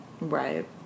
Right